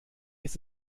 ist